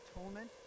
atonement